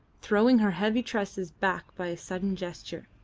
throwing her heavy tresses back by a sudden gesture.